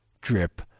Drip